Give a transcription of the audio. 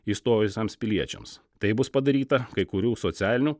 įstojusiems piliečiams tai bus padaryta kai kurių socialinių